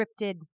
scripted